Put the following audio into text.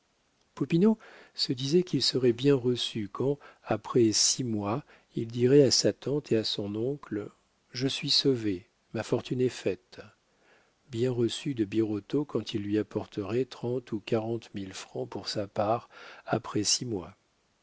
se disait qu'il serait bien reçu quand après six mois il dirait à sa tante et à son oncle je suis sauvé ma fortune est faite bien reçu de birotteau quand il lui apporterait trente ou quarante mille francs pour sa part après six mois